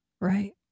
Right